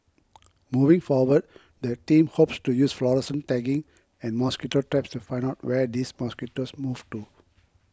moving forward the team hopes to use fluorescent tagging and mosquito traps to find out where these mosquitoes move to